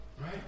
right